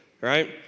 right